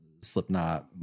Slipknot